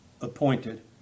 appointed